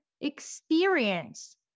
experience